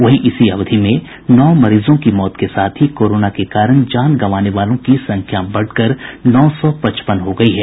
वहीं इसी अवधि में नौ मरीजों की मौत के साथ ही कोरोना के कारण जान गंवाने वालों की संख्या बढ़कर नौ सौ पचपन हो गयी है